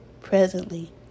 presently